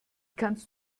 kannst